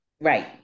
right